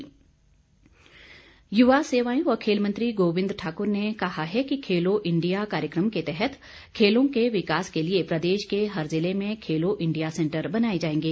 गोविंद ठाकुर युवा सेवाएं व खेल मंत्री गोविंद ठाकुर ने कहा है कि खेलो इंडिया कार्यक्रम के तहत खेलो के विकास के लिए प्रदेश के हर ज़िले में खेलो इंडिया सेंटर बनाए जाएंगे